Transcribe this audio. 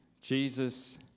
Jesus